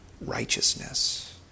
righteousness